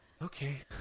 Okay